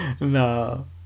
no